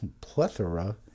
plethora